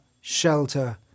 shelter